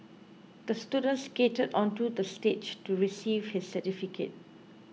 the student skated onto the stage to receive his certificate